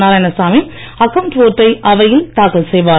Narayanasamy account வோட்டை அவையில் தாக்கல் செய்வார்